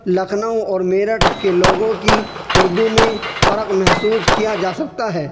لکھنؤ اور میرٹھ کے لوگوں کی اردو میں فرق محسوس کیا جا سکتا ہے